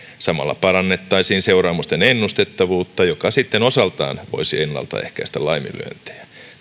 samalla parannettaisiin seuraamusten ennustettavuutta joka sitten osaltaan voisi ennaltaehkäistä laiminlyöntejä